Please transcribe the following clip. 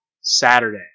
Saturday